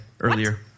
earlier